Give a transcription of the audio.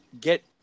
get